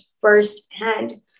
firsthand